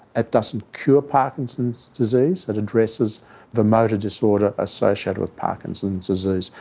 it doesn't cure parkinson's disease but addresses the motor disorder associated with parkinson's disease.